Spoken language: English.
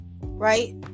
right